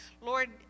lord